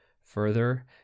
Further